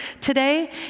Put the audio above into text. today